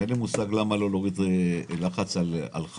אין לי מושג למה לא נוריד את הלחץ מחיפה,